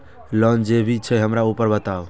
Loan जे भी छे हमरा ऊपर बताबू?